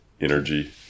energy